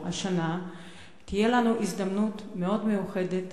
השנה תהיה לנו הזדמנות מאוד מיוחדת